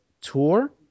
Tour